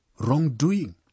wrongdoing